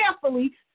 carefully